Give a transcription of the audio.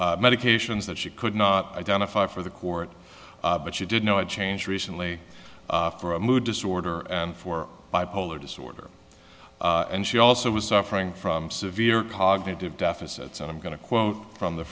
medications that she could not identify for the court but she did know a change recently for a mood disorder and for bipolar disorder and she also was suffering from severe cognitive deficits and i'm going to quote from the